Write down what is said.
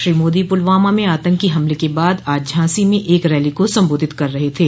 श्री मोदी पुलवामा में आतंकी हमले के बाद आज झांसी में एक रैली को संबोधित कर रहे थे